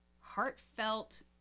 heartfelt